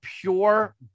pure